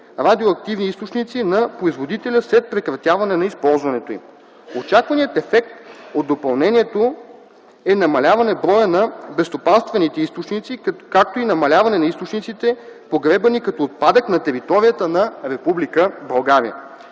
радиоактивни източници на производителя след прекратяване на използването им. Очакваният ефект от допълнението е намаляване броя на безстопанствените източници, както и намаляване на източниците, погребвани като отпадък на територията на